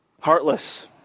Heartless